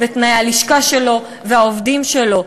תנאי הלשכה שלו והעובדים שלו.